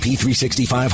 P365